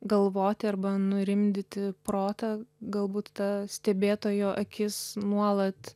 galvoti arba nurimdyti protą galbūt ta stebėtojo akis nuolat